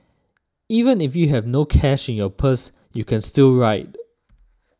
even if you have no cash in your purse you can still ride